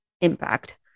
impact